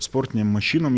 sportinėm mašinom